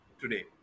today